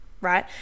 right